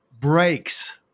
breaks